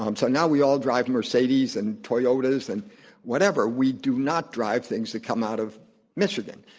um so now we all drive mercedes and toyotas and whatever, we do not drive things that come out of michigan.